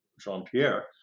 Jean-Pierre